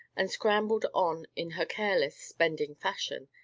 and scrambled on in her careless, spending fashion,